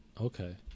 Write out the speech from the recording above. Okay